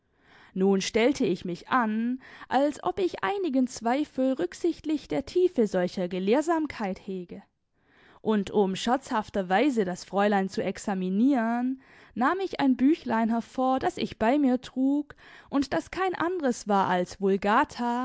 nun stellte ich mich an als ob ich einigen zweifel rücksichtlich der tiefe solcher gelehrsamkeit hege und um scherzhafterweise das fräulein zu examinieren nahm ich ein büchlein hervor das ich bei mir trug und das kein anderes war als vulgata